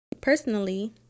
personally